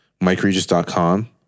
mikeregis.com